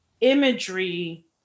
imagery